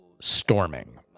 storming